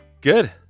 good